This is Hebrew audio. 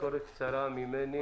תזכורת קצרה ממני.